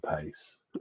pace